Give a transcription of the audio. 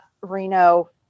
Reno